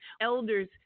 elders